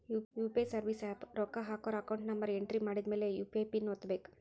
UPI service app ರೊಕ್ಕ ಹಾಕೋರ್ account number entry ಮಾಡಿದ್ಮ್ಯಾಲೆ ಯು.ಪಿ.ಐ ಪಿನ್ ಒತ್ತಬೇಕು